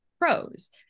Pros